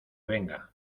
venga